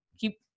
keep